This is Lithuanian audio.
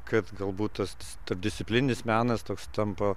kad galbūt tas tarpdisciplininis menas toks tampa